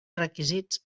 requisits